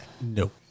Nope